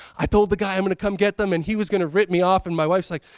i told the guy i'm gonna come get them and he was gonna rip me off and my wife's like,